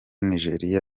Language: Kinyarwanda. nigeria